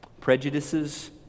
prejudices